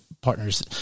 partners